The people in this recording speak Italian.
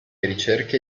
ricerche